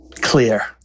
clear